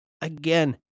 Again